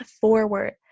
forward